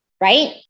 right